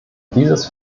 dieses